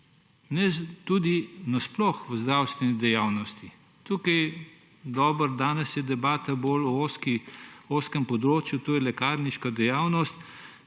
tudi nasploh v zdravstveni dejavnosti. Tukaj, dobro, danes je debata bolj o ozkem področju, to je lekarniška dejavnost,